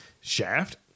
Shaft